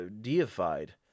deified